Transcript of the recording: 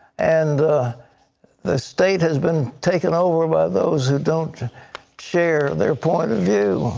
and the state has been taken over by those who don't share their point of view.